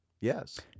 Yes